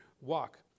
walk